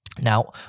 Now